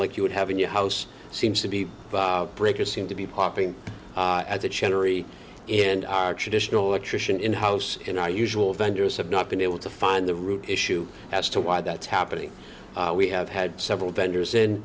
like you would have in your house seems to be breakers seem to be popping in and our traditional attrition in house in our usual vendors have not been able to find the root issue as to why that's happening we we have had several vendors in